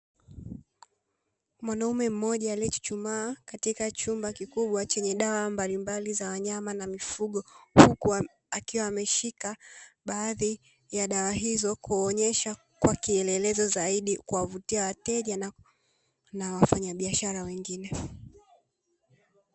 Mwanaume mmoja aliyechuchumaa katika chumba kikubwa chenye dawa mbalimbali za wanyama na mifugo, huku akiwa ameshika baadhi ya dawa hizo kuonesha kwa kielelezo zaidi kuwavutia wateja na wafanyabiashara wengine.